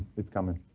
it's coming.